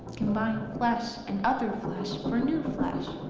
combine flesh and other flesh for new flesh.